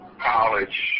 college